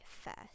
first